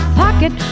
pocket